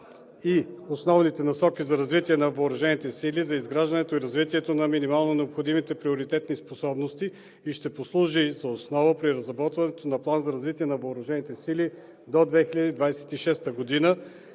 основните насоки за развитие на въоръжените сили, за изграждането и развитието на минимално необходимите приоритетни способности и ще послужи за основа при разработването на План за развитие на въоръжените сили до 2026 г.,